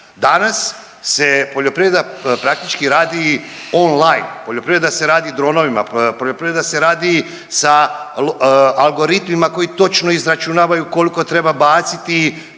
Danas se poljoprivreda praktički radi on-line, poljoprivreda se radi dronovima, poljoprivreda se radi sa algoritmima koji točno izračunavaju koliko treba baciti